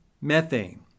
methane